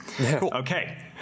Okay